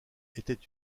était